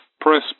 Press